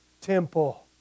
temple